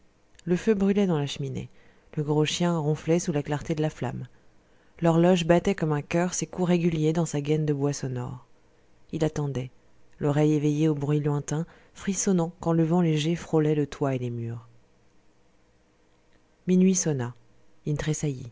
le feu brûlait dans la cheminée le gros chien ronflait sous la clarté de la flamme l'horloge battait comme un coeur ses coups réguliers dans sa gaine de bois sonore il attendait l'oreille éveillée aux bruits lointains frissonnant quand le vent léger frôlait le toit et les murs minuit sonna